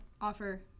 offer